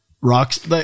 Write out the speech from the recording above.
rocks